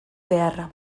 beharra